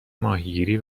ماهیگیری